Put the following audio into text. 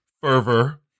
fervor